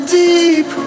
deep